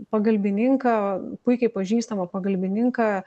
pagalbininką puikiai pažįstamą pagalbininką